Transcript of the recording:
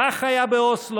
כך היה באוסלו,